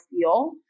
feel